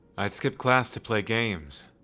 i'd skip class to play games.